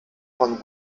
von